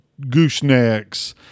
goosenecks